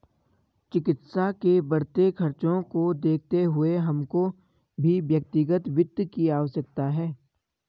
चिकित्सा के बढ़ते खर्चों को देखते हुए हमको भी व्यक्तिगत वित्त की आवश्यकता है